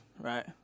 right